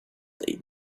they